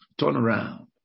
turnaround